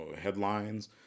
headlines